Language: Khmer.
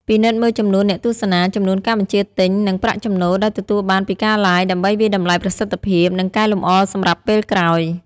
ពិនិត្យមើលចំនួនអ្នកទស្សនា ចំនួនការបញ្ជាទិញ និងប្រាក់ចំណូលដែលទទួលបានពីការ Live ដើម្បីវាយតម្លៃប្រសិទ្ធភាព និងកែលម្អសម្រាប់ពេលក្រោយ។